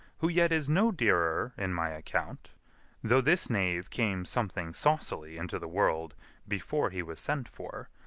who yet is no dearer in my account though this knave came something saucily into the world before he was sent for,